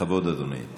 בכבוד, אדוני.